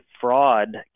fraud